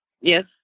Yes